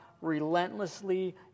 relentlessly